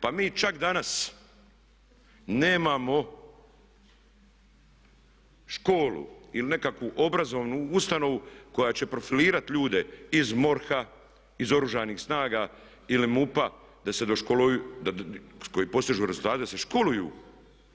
Pa mi čak danas nemamo školu ili nekakvu obrazovnu ustanovu koja će profilirati ljude iz MORH-a, iz Oružanih snaga ili MUP-a da se doškoluju, koji postižu rezultate da se školuju